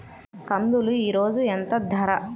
కందులు ఈరోజు ఎంత ధర?